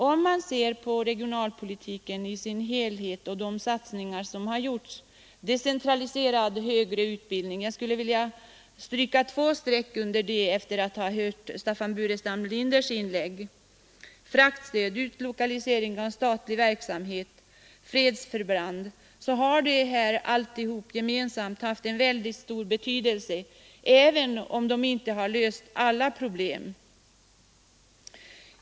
Om man ser på regionalpolitiken i dess helhet och de satsningar som har gjorts, decentraliserad högre utbildning — jag skulle vilja stryka två streck under det ordet efter att ha hört herr Burenstam Linders inlägg — fraktstöd, utlokalisering av statlig verksamhet och fredsförband, så har dessa satsningar tillsammans haft mycket stor betydelse, även om de inte har löst alla problem.